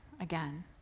again